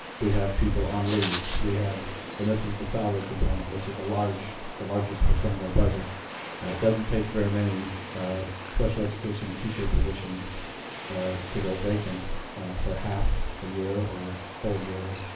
we have people on leaves. we have and this is the salary component, which is the largest percent of our budget. it doesn't take very many special education teacher positions to go vacant for half a year or all year